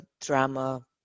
Drama